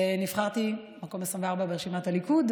נבחרתי למקום 24 ברשימת הליכוד,